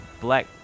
black